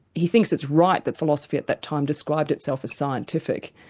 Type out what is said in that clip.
he thinks it's right that philosophy at that time described itself as scientific,